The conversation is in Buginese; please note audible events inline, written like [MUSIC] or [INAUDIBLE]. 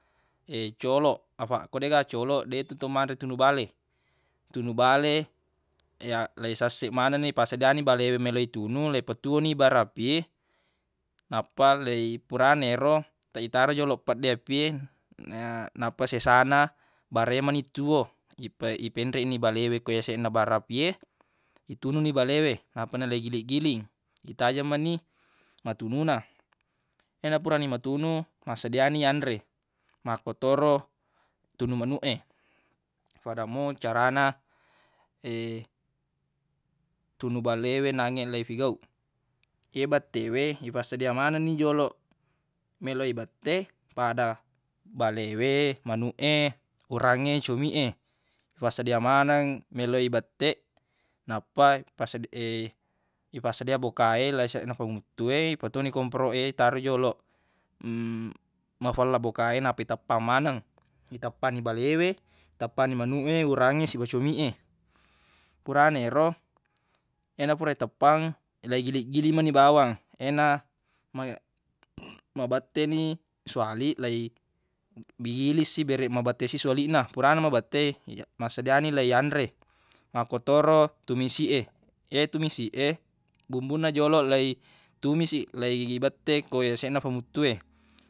Ye coloq afaq ko deq ga coloq detu to manre tunu bale tunu bale [NOISE] ya- leisesseq maneng ni passedia ni bale meloq itunu leipetuwo ni bara api e nappa lei- purana ero ta ittaro joloq pedde api e na- nappa sesana bara e mani tuwo ipe- ipenreq ni balewe ko yaseq na bara api e itunu ni bale we nappa nagili-giling itajeng mani matunu na ye purani matunu massedia ni yanre makkotoro tunu manuq e fada mo carana [HESITATION] tunu bale we nangnge leifegauq ye bette we ifassedia manenni joloq meloq ibette fada bale we manuq e urangnge comiq e ifassedia maneng meloq e ibette nappa pase- [HESITATION] ifassedia boka e yaseq na famuttu e ifatuwoni komporoq e taro joloq [HESITATION] mafella boka enappa iteppang maneng iteppanni bale we itepanni manuq e urangnge siba comiq e furana ero yena fura iteppang leigili-giling menu bawang ena mabe- [NOISE] mabette ni suwali lei- giling si bereq mabette si siwalinna furana mabette iya- maseddia ni leiyanre makkotoro tumisi e ye tumisi e bumbunna joloq leitumusi leibette ko yaseq na famuttu e.